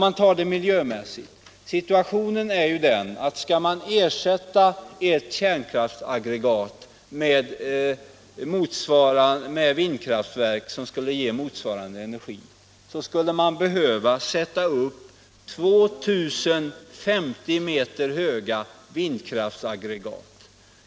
Men miljömässigt är situationen den, att skall man ersätta ett kärnkraftsaggregat med vindkraftverk som ger motsvarande energimängd skulle man behöva sätta upp 2 000 stycken 50 meter höga vindkraftsaggregat.